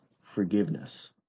forgiveness